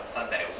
Sunday